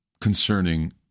concerning